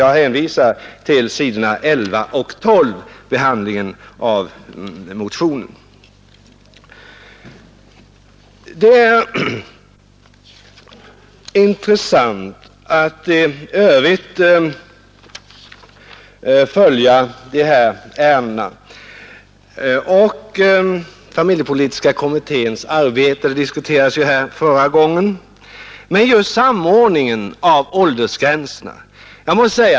Jag hänvisar till s. 11 och 12, där motionen behandlas. Det är intressant att följa behandlingen av ärendena om samordning av åldersgränserna.